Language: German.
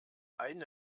eine